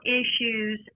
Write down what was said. issues